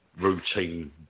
routine